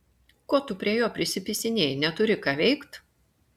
ko tu prie jo prisipisinėji neturi ką veikt